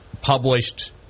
published